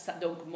donc